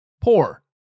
poor